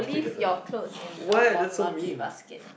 your cloth in the own laundry basket